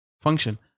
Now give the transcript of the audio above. function